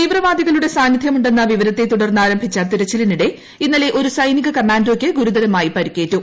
തീവ്രവാദികളുടെ സാന്നിദ്ധ്യമുണ്ടെന്ന വിവരത്തെ തുടർന്ന് ആരംഭിച്ച തിരച്ചിലിനിടെ ഇന്നലെ ഒരു സൈനിക കമാന്റോക്ക് ഗുരുതരമായ പരിക്കേറ്റു